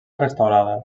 restaurada